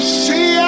see